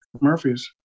Murphy's